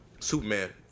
Superman